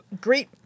great